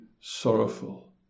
sorrowful